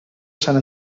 sant